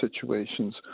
situations